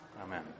Amen